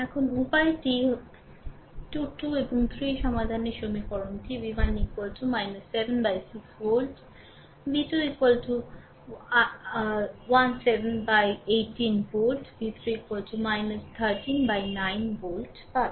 এখন উপায়টি 2 2 এবং 3 সমাধানের সমীকরণটি v1 7 by 6 volt v2 17 by 18 volt v3 13 by 9 volt পাবে